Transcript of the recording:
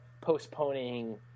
postponing